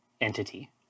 entity